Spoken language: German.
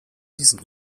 diesen